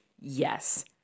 yes